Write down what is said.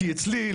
כי אצלי,